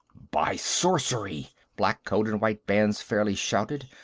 by sorcery! black-coat-and-white-bands fairly shouted.